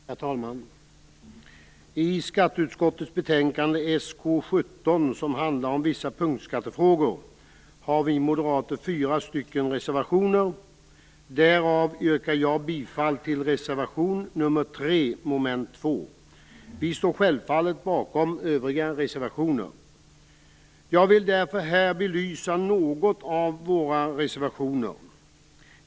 Herr talman! I skatteutskottets betänkande SkU17, som handlar om vissa punktskattefrågor, har vi moderater fyra stycken reservationer. Av dessa yrkar jag bifall till reservation nr 3 under mom. 2. Vi står självfallet bakom även övriga reservationer. Jag vill här belysa några av våra reservationer.